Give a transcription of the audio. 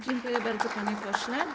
Dziękuję bardzo, panie pośle.